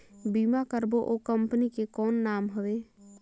बीमा करबो ओ कंपनी के कौन नाम हवे?